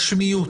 בגשמיות?